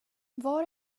var